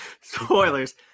Spoilers